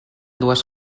dues